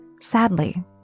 sadly